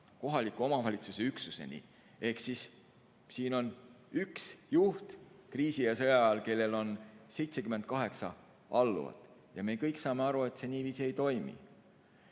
kohaliku omavalitsuse üksuseni. Ehk siis on üks juht kriisi‑ ja sõjaajal, kellel on 78 alluvat. Me kõik saame aru, et see niiviisi ei toimi.